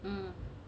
mm